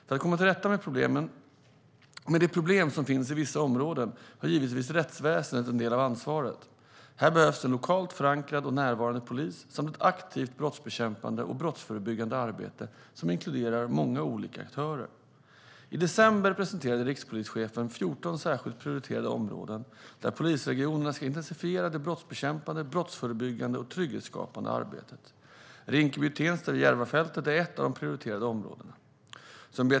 För att komma till rätta med de problem som finns i vissa områden har givetvis rättsväsendet en del av ansvaret. Här behövs en lokalt förankrad och närvarande polis samt ett aktivt brottsbekämpande och brottsförebyggande arbete som inkluderar många olika aktörer. I december presenterade rikspolischefen 14 särskilt prioriterade områden där polisregionerna ska intensifiera det brottsbekämpande, brottsförebyggande och trygghetsskapande arbetet. Rinkeby/Tensta vid Järvafältet är ett av de prioriterade områdena.